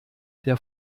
der